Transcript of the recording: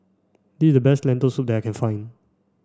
this is the best Lentil soup that I can find